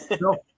no